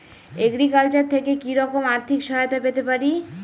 Agriculture থেকে কি রকম আর্থিক সহায়তা পেতে পারি?